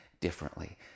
differently